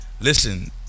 Listen